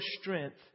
strength